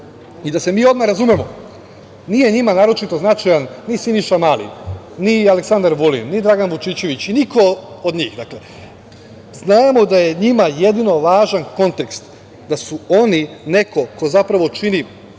i da se mi odmah razumemo, nije njima naročito značajan ni Siniša Mali, ni Aleksandar Vulin, ni Dragan Vučićević, niko od njih. Znamo da je njima jedino važan kontekst, da su oni neko ko zapravo čini